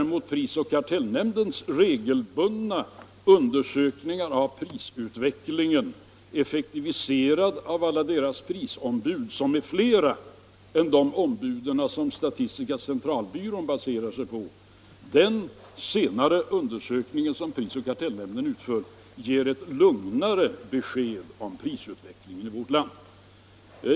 Prisoch kartellnämndens regelbundna undersökningar av prisutvecklingen, effektuerad av alla deras prisombud, som är flera till antalet än de ombud som statistiska centralbyrån baserar sina resultat på, ger däremot ett lugnare besked om prisutvecklingen i vårt land.